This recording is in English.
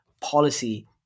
policy